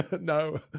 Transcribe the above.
No